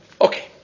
Okay